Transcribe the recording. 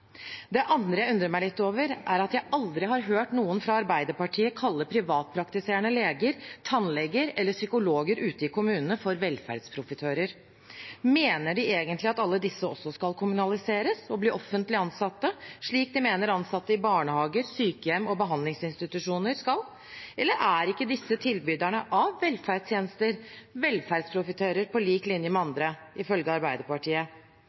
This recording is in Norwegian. Det andre jeg undrer meg litt over, er at jeg aldri har hørt noen fra Arbeiderpartiet kalle privatpraktiserende leger, tannleger eller psykologer ute i kommunene for velferdsprofitører. Mener de egentlig at alle disse også skal kommunaliseres og bli offentlig ansatte, slik de mener ansatte i barnehager, sykehjem og behandlingsinstitusjoner skal? Eller er ikke disse tilbyderne av velferdstjenester velferdsprofitører på lik linje med andre, ifølge Arbeiderpartiet?